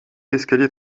l’escalier